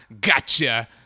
Gotcha